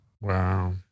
Wow